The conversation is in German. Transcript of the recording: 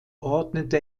ordnete